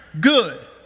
good